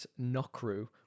Nokru